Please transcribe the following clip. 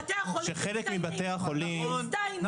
בתי החולים מצטיינים, מצטיינים.